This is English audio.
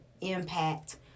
impact